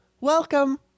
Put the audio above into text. welcome